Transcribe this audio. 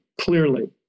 clearly